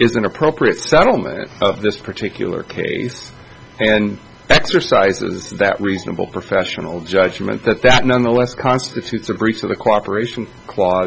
is an appropriate settlement of this particular case and exercises that reasonable professional judgment that that nonetheless constitutes a breach of the cooperation cla